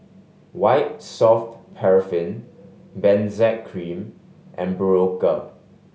White Soft Paraffin Benzac Cream and Berocca